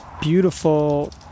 beautiful